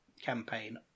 campaign